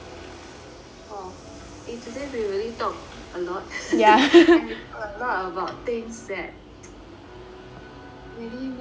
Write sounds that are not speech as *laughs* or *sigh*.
!wow! eh today we really talk a lot *laughs* and we talked a lot about things that really make us